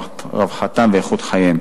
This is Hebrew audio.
רווחתם ואיכות חייהם,